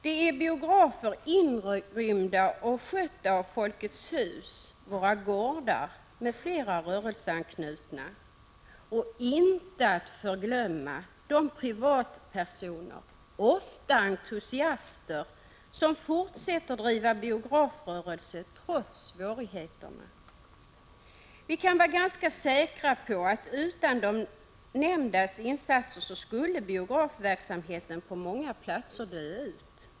Det gäller biografer inrymda i och skötta av Folkets hus, Våra gårdar m.fl. rörelseanknutna organisationer och — icke att förglömma — privatpersoner, ofta entusiaster, som fortsätter driva biografrörelse trots svårigheterna. Vi kan vara ganska säkra på, att utan de nämndas insatser skulle biografverksamheten på många platser dö ut.